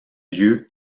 lieu